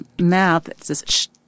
mouth